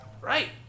Right